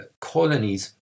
colonies